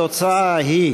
התוצאה היא